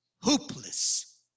hopeless